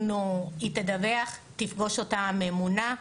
תפגוש אותה הממונה,